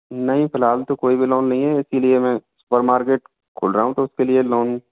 नहीं फ़िलहाल तो कोई भी लौन नहीं है इसीलिए मैं सुपर मार्केट खोल रहा हूँ तो उसके लिए लोन